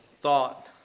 thought